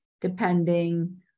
depending